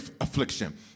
affliction